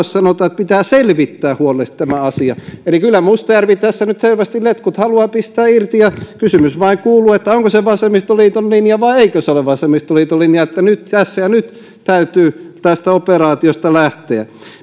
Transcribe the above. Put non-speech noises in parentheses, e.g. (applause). (unintelligible) sanotaan että pitää selvittää huolellisesti tämä asia eli kyllä mustajärvi tässä nyt selvästi letkut haluaa pistää irti kysymys vain kuuluu onko se vasemmistoliiton linja vai eikö se ole vasemmistoliiton linja että tässä ja nyt täytyy tästä operaatiosta lähteä